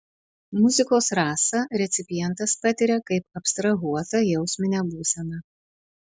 muzikos rasą recipientas patiria kaip abstrahuotą jausminę būseną